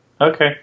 Okay